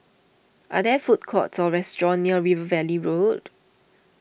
are there food courts or restaurants near River Valley Road